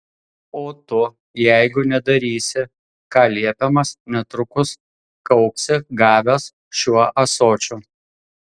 o tu jeigu nedarysi ką liepiamas netrukus kauksi gavęs šiuo ąsočiu